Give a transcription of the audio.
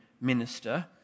minister